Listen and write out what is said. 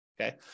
okay